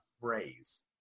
phrase